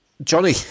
johnny